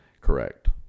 Correct